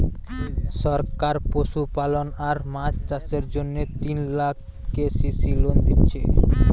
সরকার পশুপালন আর মাছ চাষের জন্যে তিন লাখ কে.সি.সি লোন দিচ্ছে